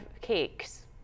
cakes